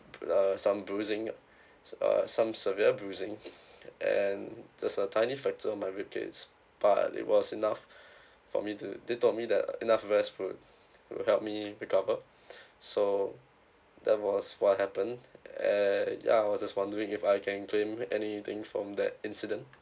b~ uh some bruising s~ uh some severe bruising and there's a tiny fracture on my ribcage but it was enough for me to they told me that enough rest would would help me recover so that was what happened and ya I was just wondering if I can claim anything from that incident